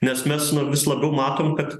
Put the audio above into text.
nes mes nu vis labiau matom kad